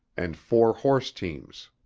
and four-horse teams.